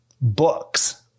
books